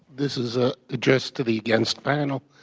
this is ah addressed to the against panel.